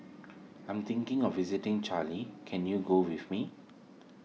I am thinking of visiting can you go with me